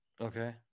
okay